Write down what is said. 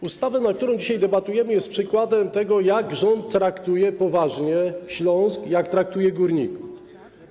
Ustawa, nad którą dzisiaj debatujemy, jest przykładem tego, jak rząd traktuje poważnie Śląsk i jak traktuje górników.